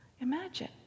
imagine